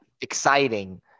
exciting